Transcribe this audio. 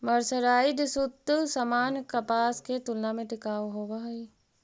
mercerised सूत सामान्य कपास के तुलना में टिकाऊ होवऽ हई